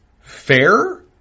fair